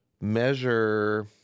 measure